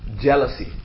jealousy